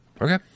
Okay